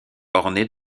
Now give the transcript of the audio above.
ornés